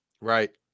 Right